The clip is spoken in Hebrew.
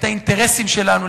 את האינטרסים שלנו,